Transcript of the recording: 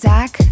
Zach